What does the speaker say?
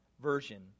version